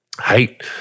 hate